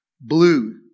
blue